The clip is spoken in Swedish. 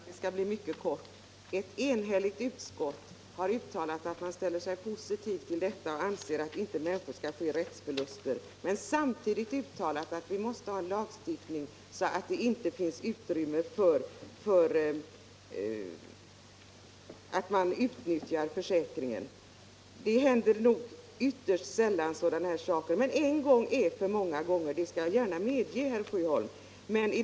Herr talman! Jag kan fatta mig mycket kort. Utskottet har enhälligt uttalat att man ställer sig positiv till syftet bakom herr Sjöholms motion att människor inte skall lida rättsförluster. Utskottet har samtidigt uttalat att vi måste ha en sådan lagstiftning att det inte finns utrymme för missbruk av försäkringsbestämmelserna. Sådana händelser som herr Sjöholm nämnde inträffar ytterst sällan, men en gång är en gång för mycket —- det skall jag gärna medge, herr Sjöholm.